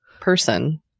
person